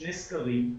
שני סקרים,